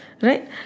Right